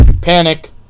panic